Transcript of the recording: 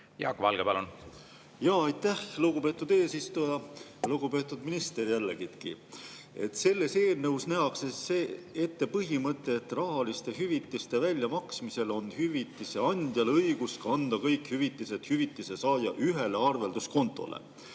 Jaak Valge, palun! Aitäh, lugupeetud eesistuja! Lugupeetud minister! Selles eelnõus nähakse ette põhimõte, et rahaliste hüvitiste väljamaksmisel on hüvitise andjal õigus kanda kõik hüvitised hüvitise saaja ühele arvelduskontole.